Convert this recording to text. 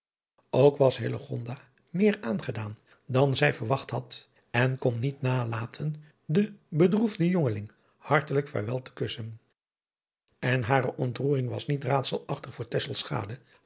ook was hillegonda meer aangedaan dan zij verwacht had en kon niet nalaten den bedroesden jongeling hartelijk vaarwel te kussen en hare ontroering was niet raadselachtig voor